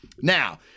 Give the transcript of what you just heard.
Now